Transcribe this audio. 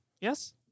Yes